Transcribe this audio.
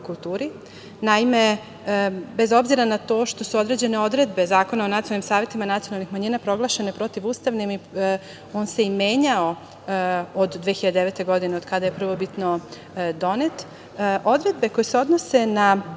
Naime, bez obzira na to što se određene odredbe Zakona o nacionalnim savetima nacionalnih manjinama proglašene protivustavnim, on se i menjao od 2009. godine od kada je prvobitno donet, odredbe koje se odnose na